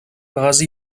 bazı